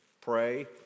pray